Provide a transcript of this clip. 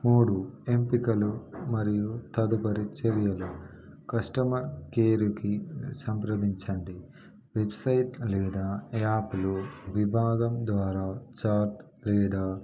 మూడు ఎంపికలు మరియు తదుపరి చర్యలు కస్టమర్ కేర్కి సంప్రదించండి వెబ్సైట్ లేదా యా లు విభాగం ద్వారా చాట్ లేదా